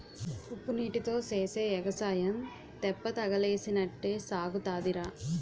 ఉప్పునీటీతో సేసే ఎగసాయం తెప్పతగలేసినట్టే సాగుతాదిరా